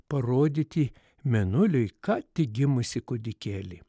parodyti mėnuliui ką tik gimusį kūdikėlį